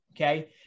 Okay